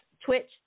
Twitch